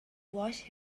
washed